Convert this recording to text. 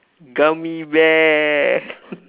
gummy bear